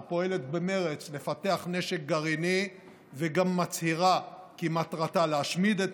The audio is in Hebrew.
הפועלת במרץ לפתח נשק גרעיני וגם מצהירה כי מטרתה להשמיד את